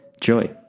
Joy